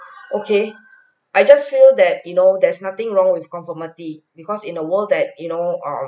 okay I just feel that you know there's nothing wrong with conformity because in a world that you know err